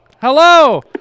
Hello